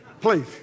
Please